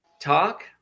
talk